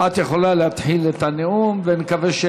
את יכולה להתחיל את הנאום ונקווה,